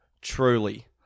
truly